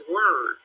Word